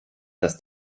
dass